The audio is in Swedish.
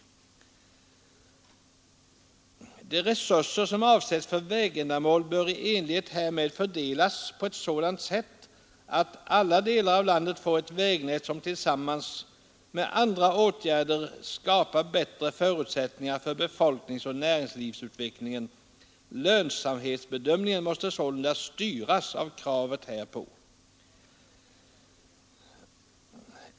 ——— De resurser som avsätts för vägändamål bör i enlighet härmed fördelas på ett sådant sätt att alla delar av landet får ett vägnät som tillsammans med andra åtgärder skapar bättre förutsättningar för befolkningsoch näringslivsutvecklingen. Lönsamhetsbedömningarna måste sålunda styras av kravet härpå.